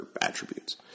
attributes